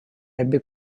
ebbe